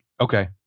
Okay